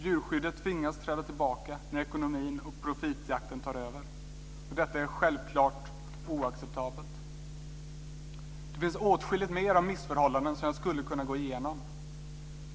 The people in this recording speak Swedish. Djurskyddet tvingas träda tillbaka när ekonomin och profitjakten tar över. Och detta är självklart oacceptabelt. Det finns åtskilligt mer av missförhållanden som jag skulle kunna gå igenom.